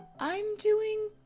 i'm doing.